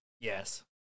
Yes